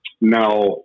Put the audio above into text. Now